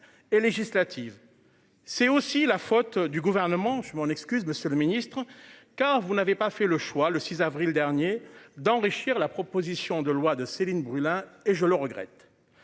Et législatives. C'est aussi la faute du gouvernement. Je m'en excuse. Monsieur le Ministre, car vous n'avez pas fait le choix le 6 avril dernier d'enrichir la proposition de loi de Céline Brulin, et je le regrette.